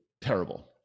terrible